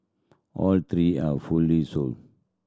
all three are fully sold